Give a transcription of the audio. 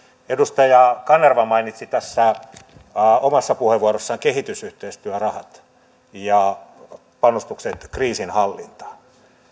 edustaja kanerva mainitsi omassa puheenvuorossaan kehitysyhteistyörahat ja panostukset kriisinhallintaan